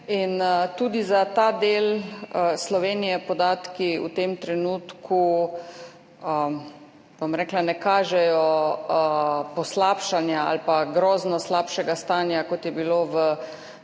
in tudi za ta del Slovenije podatki v tem trenutku ne kažejo poslabšanja ali pa grozno slabšega stanja, kot je bilo v preteklih